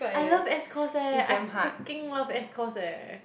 I love S-course eh I freaking love S-course eh